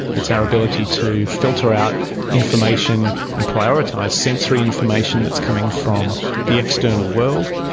it's our ability to filter out information and prioritise sensory information that is coming from the external world,